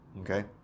okay